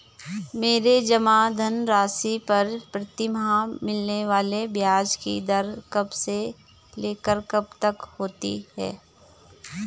मेरे जमा धन राशि पर प्रतिमाह मिलने वाले ब्याज की दर कब से लेकर कब तक होती है?